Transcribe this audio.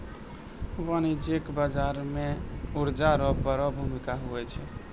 वाणिज्यिक बाजार मे कर्जा रो बड़ो भूमिका हुवै छै